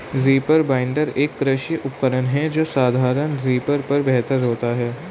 reaper binder, एक कृषि उपकरण है जो साधारण रीपर पर बेहतर होता है